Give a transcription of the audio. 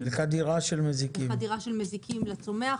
לחדירה של מזיקים לצומח.